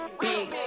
big